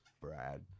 Brad